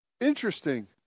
Interesting